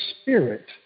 spirit